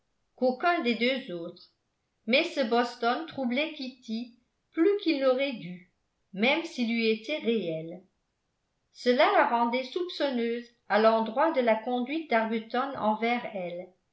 qu'aucun des deux autres mais ce boston troublait kitty plus qu'il n'aurait dû même s'il eût été réel cela la rendait soupçonneuse à l'endroit de la conduite d'arbuton envers elle